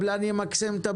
לא נמכור לאנשים דירות קטנות?